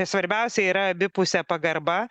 svarbiausia yra abipusė pagarba